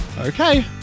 Okay